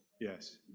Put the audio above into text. Yes